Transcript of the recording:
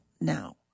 now